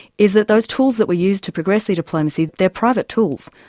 is that those tools that we use to progress e-diplomacy, they are private tools.